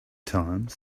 times